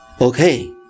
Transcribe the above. Okay